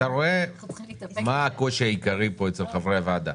אתה רואה מה הקושי העיקרי פה אצל חברי הוועדה,